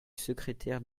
secrétaire